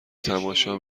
تماشا